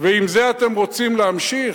ועם זה אתם רוצים להמשיך?